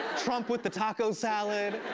trump with the taco salad,